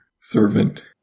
servant